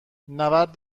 نبرد